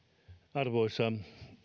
arvoisa